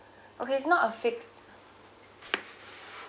okay it's not a fixed